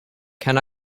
can